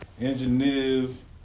engineers